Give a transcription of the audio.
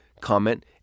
comment